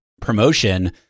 promotion